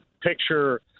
picture